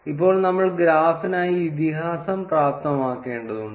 ഇപ്പോൾ നമ്മൾ ഗ്രാഫിനായി ഇതിഹാസം പ്രാപ്തമാക്കേണ്ടതുണ്ട്